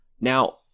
now